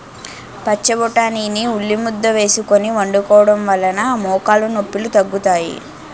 పచ్చబొటాని ని ఉల్లిముద్ద వేసుకొని వండుకోవడం వలన మోకాలు నొప్పిలు తగ్గుతాయి